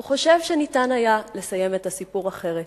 הוא חושב שניתן היה לסיים את הסיפור אחרת.